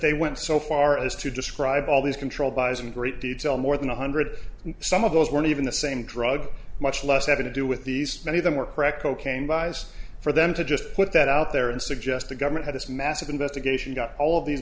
they went so far as to describe all these control buys in great detail more than one hundred and some of those weren't even the same drug much less evident do with these many of them were crack cocaine buys for them to just put that out there and suggest the government had this massive investigation got all of these